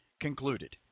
concluded